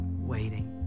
waiting